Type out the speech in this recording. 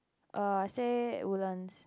err stay Woodlands